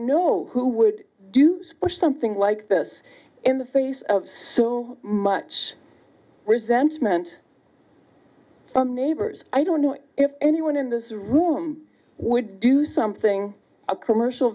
know who would do spot something like this in the face of so much resentment from neighbors i don't know if anyone in this room would do something a commercial